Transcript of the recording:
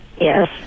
Yes